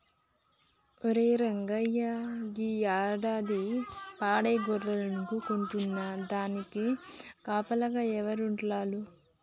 ఒరే రంగయ్య గీ యాడాది పాడి గొర్రెలను కొంటున్నాను దానికి కాపలాగా ఎవరు ఉంటాల్లు